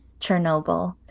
Chernobyl